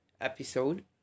episode